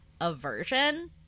aversion